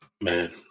man